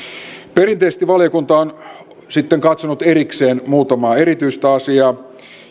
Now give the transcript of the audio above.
perinteisesti valiokunta on sitten katsonut erikseen muutamaa erityistä asiaa